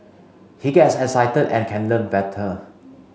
he gets excited and can learn better